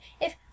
if—